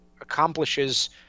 accomplishes